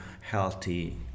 healthy